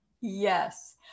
Yes